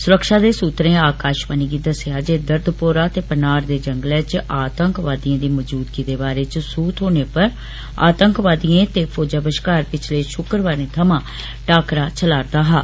सुरक्षा दे सूत्रें आकाशवाणी गी दस्सेया जे दर्दपोरा ते पनार दे जंगलै च आतंकवादियें दी मजूदगी दे बारे च सूह् थ्होने पर आतंकवादियें ते सेना बश्कार पिछले शुक्रवारें थमां टाकरा चला'रदा हा